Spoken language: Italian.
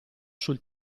sul